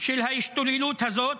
של ההשתוללות הזאת,